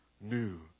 new